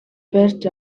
барьж